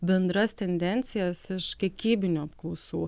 bendras tendencijas iš kiekybinių apklausų